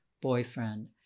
boyfriend